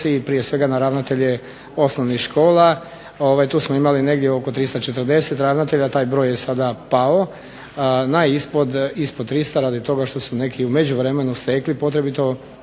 prije svega na ravnatelje osnovnih škola. Tu smo imali negdje oko 340 ravnatelja. Taj broj je sada pao na ispod 300 radi toga što su neki u međuvremenu stekli potrebito